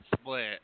split